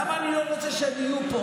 למה אני לא רוצה שהם יהיו פה?